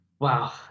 Wow